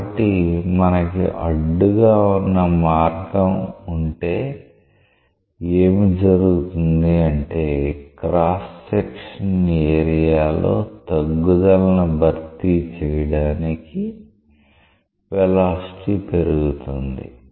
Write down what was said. కాబట్టి మనకి అడ్డుగా వున్న మార్గం ఉంటే ఏమి జరుగుతుంది అంటే క్రాస్ సెక్షన్ ఏరియా లో తగ్గుదలని భర్తీ చెయ్యడానికి వెలాసిటీ పెరుగుతుంది